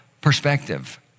perspective